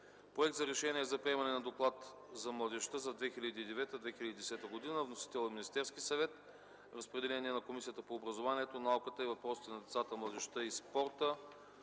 Проект за решение за приемане на Доклад за младежта за 2009 2010 г. Вносител е Министерският съвет. Разпределен е на Комисията по образованието, науката и въпросите на децата, младежта и спорта,